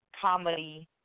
comedy